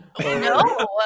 No